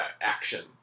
action